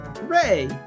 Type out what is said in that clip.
hooray